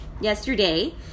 yesterday